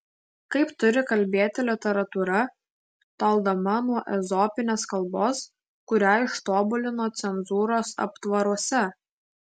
kaip turi kalbėti literatūra toldama nuo ezopinės kalbos kurią ištobulino cenzūros aptvaruose